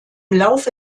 laufe